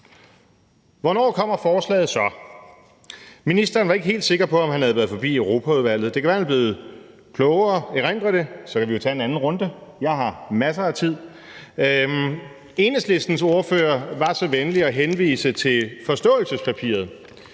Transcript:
Hvornår kommer forslaget så? Ministeren var ikke helt sikker på, om han havde været forbi Europaudvalget, men det kan være, at han er blevet klogere og nu erindrer det, og så kan vi jo tage en anden runde – jeg har masser af tid. Enhedslistens ordfører var så venlig at henvise til forståelsespapiret,